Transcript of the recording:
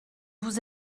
vous